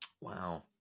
Wow